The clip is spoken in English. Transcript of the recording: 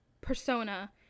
persona